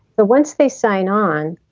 the once they sign on,